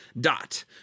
Dot